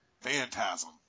phantasm